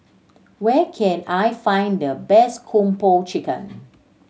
where can I find the best Kung Po Chicken